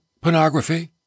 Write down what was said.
Pornography